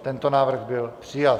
Tento návrh byl přijat.